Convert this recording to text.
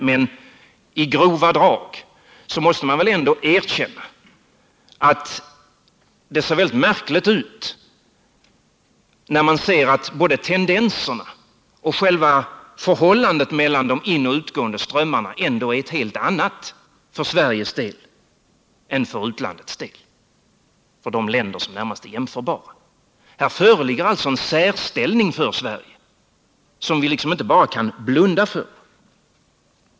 Men i grova drag måste man väl ändå erkänna att det ser väldigt märkligt ut när både tendenserna och själva förhållandet mellan de inoch utgående strömmarna ändå är helt andra för Sveriges del än för de länder som närmast är jämförbara. Här föreligger alltså en särställning för Sverige, som vi inte bara kan blunda för.